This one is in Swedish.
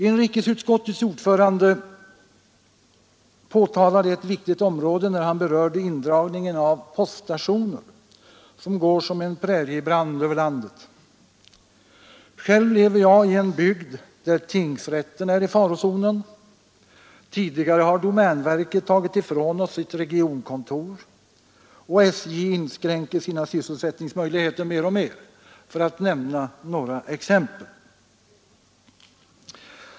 Inrikesutskottets ordförande pekade på ett viktigt område när han berörde den indragning av poststationer som går som en präriebrand över landet. Själv lever jag i en bygd där tingsrätten är i farozonen. Tidigare har domänverket tagit ifrån oss sitt regionkontor, och SJ inskränker sina sysselsättningsmöjligheter mer och mer, för att nämna några exempel.